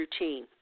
routine